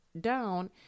down